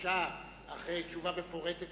קודם חבר הכנסת